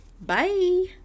Bye